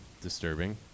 disturbing